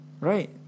Right